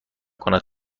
کند